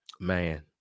Man